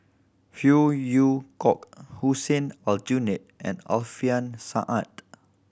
Phey Yew Kok Hussein Aljunied and Alfian Sa'at